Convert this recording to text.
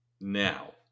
Now